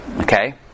okay